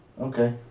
Okay